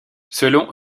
selon